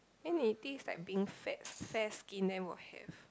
then they think it's like being fat fair skin then will have